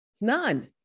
none